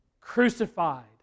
crucified